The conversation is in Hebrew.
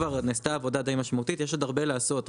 נעשתה עבודה די משמעותית; יש עוד הרבה לעשות,